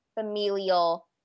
familial